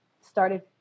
started